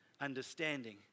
understanding